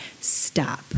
stop